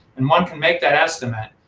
and one can make that estimate,